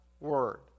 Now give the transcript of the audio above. word